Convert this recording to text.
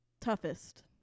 toughest